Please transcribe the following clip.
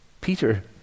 Peter